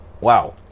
Wow